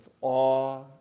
awe